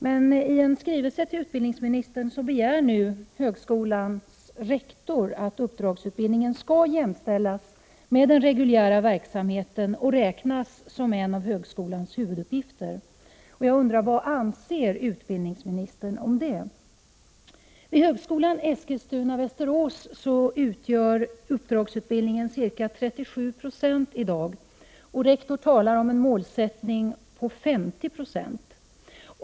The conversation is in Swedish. Men i en skrivelse till utbildningsministern begär rektorn vid högskolan i Eskilstuna Västerås utgör uppdragsutbildningen i dag ca 37 90 av den totala verksamheten. Rektorn vid högskolan talar om målsättningen 50 20.